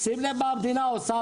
שים לב מה המדינה עושה,